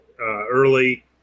early